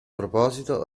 proposito